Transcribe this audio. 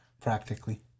practically